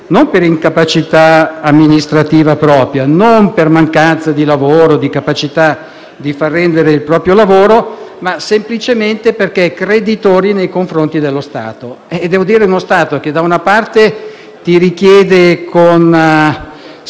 non per incapacità amministrativa propria o per mancanza di lavoro e di capacità di far rendere il proprio lavoro, ma semplicemente perché creditrici nei confronti dello Stato. In particolare, di fronte ad uno Stato che, da una parte, richiede con